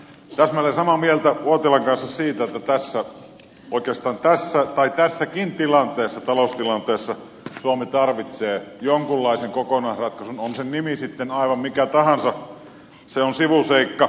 täsmälleen samaa mieltä olen uotilan kanssa siitä että oikeastaan tässä tai tässäkin tilanteessa taloustilanteessa suomi tarvitsee jonkunlaisen kokonaisratkaisun on sen nimi sitten aivan mikä tahansa se on sivuseikka